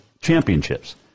championships